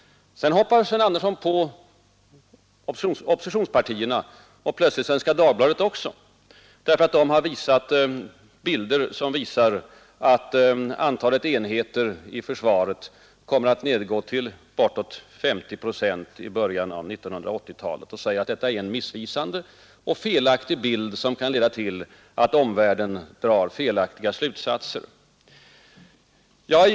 Sedan hoppar Sven Andersson på oppositionspartierna och Svenska Dagbladet också därför att tidningen har tagit in uppgifter som visar att antalet enheter i försvaret kommer att minska med bortåt 50 procent i början av 1980-talet. Försvarsministern påstår att det är en missvisande och felaktig bild, som kan leda till att omvärlden drar felaktiga slutsatser. Försvarsministerns påståenden håller inte.